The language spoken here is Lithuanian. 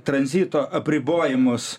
tranzito apribojimus